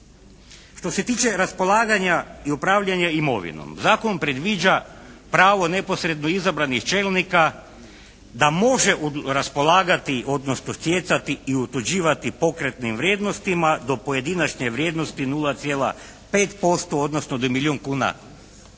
Što se tiče raspolaganja i upravljanja imovinom. Zakon predviđa pravo neposredno izabranih čelnika da može raspolagati odnosno stjecati i otuđivati pokretne vrijednostima do pojedinačne vrijednosti 0,5% odnosno do milijun kuna.